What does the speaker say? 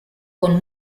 con